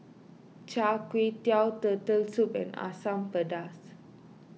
Char Kway Teow Turtle Soup and Asam Pedas